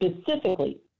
specifically